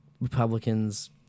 Republicans